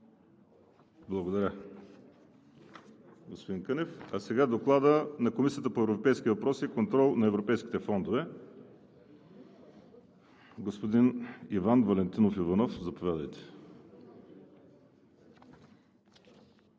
Благодаря, господин Кънев. Следва Доклад на Комисията по европейските въпроси и контрол на европейските фондове. Господин Иван Валентинов Иванов, заповядайте.